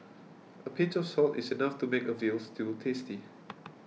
a pinch of salt is enough to make a Veal Stew tasty